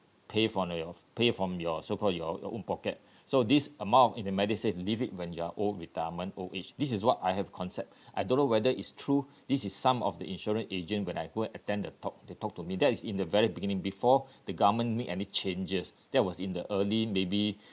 pay from your pay from your so called your your own pocket so this amount of in the medisave leave it when you are old retirement old age this is what I have concept I don't know whether it's true this is some of the insurance agent when I go and attend the talk they talk to me that is in the very beginning before the government make any changes that was in the early maybe